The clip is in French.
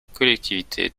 collectivités